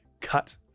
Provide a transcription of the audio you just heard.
cut